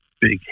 big